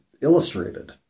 illustrated